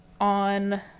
on